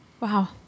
Wow